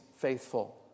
faithful